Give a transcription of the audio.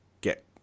get